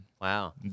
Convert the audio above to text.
Wow